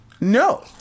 No